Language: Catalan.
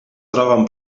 troben